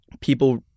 people